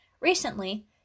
Recently